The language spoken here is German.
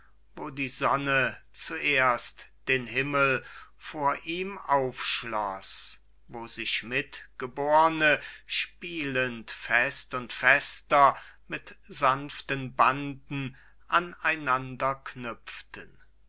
wo die sonne zuerst den himmel vor ihm aufschloss wo sich mitgeborne spielend fest und fester mit sanften banden an einander knüpften